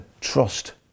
trust